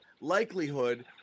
likelihood